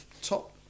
top